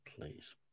Please